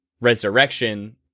resurrection